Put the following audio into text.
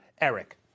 Eric